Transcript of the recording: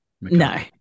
no